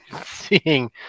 seeing